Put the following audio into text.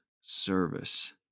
service